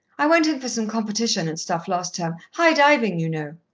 i went in for some competition and stuff last term high diving, you know.